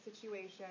situation